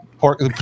pork